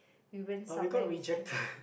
you went somewhere with kenneth